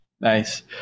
nice